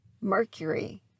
mercury